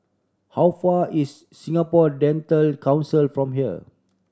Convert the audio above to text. how far is Singapore Dental Council from here